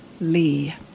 Lee